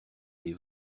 des